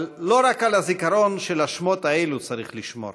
אבל לא רק על הזיכרון של השמות האלו צריך לשמור,